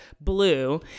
blue